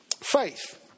faith